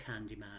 Candyman